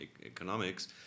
economics